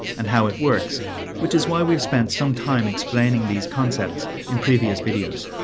and how it works which is why we've spent some time explaining these concepts in previous videos.